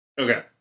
Okay